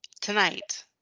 tonight